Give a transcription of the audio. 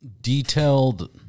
detailed